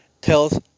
tells